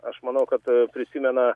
aš manau kad prisimena